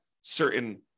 certain